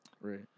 Right